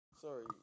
Sorry